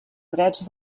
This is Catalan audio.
drets